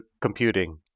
computing